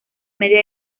media